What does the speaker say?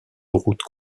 route